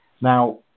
Now